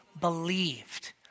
believed